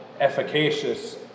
efficacious